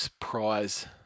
prize